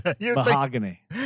Mahogany